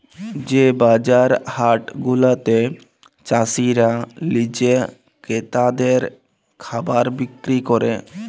যে বাজার হাট গুলাতে চাসিরা লিজে ক্রেতাদের খাবার বিক্রি ক্যরে